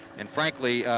and frankly,